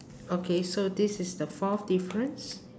okay so this is the fourth difference